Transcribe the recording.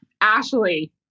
Ashley